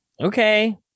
okay